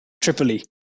Tripoli